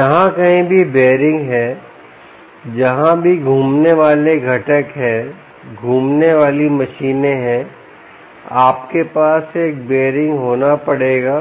जहां कहीं भी बीयरिंग हैं जहां भी घूमने वाले घटक हैं घूमने वाली मशीनें हैं आपके पास एक बीयरिंग होना पड़ेगा